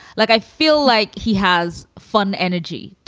like i feel like he has fun energy.